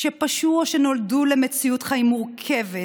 שפשעו או שנולדו למציאות חיים מורכבת,